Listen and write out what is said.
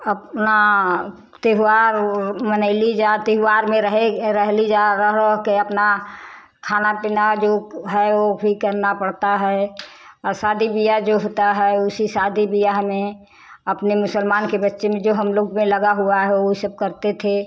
अपना त्योहार मनइली जा त्योहार में रहे रहेली जा रह रह के अपना खाना पीना जो है वो भी करना पड़ता है और शादी ब्याह जो होता है उसी शादी ब्याह में अपने मुसलमान के बच्चे में जो हम लोग में लगा हुआ है वही सब करते थे